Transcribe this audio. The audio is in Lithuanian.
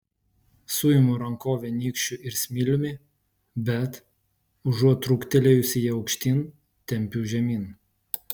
suimu rankovę nykščiu ir smiliumi bet užuot truktelėjusi ją aukštyn tempiu žemyn